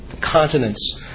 continent's